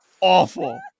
awful